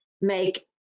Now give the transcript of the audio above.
make